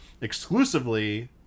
exclusively